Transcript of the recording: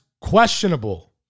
questionable